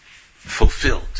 fulfilled